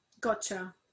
gotcha